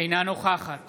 אינה נוכחת